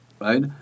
right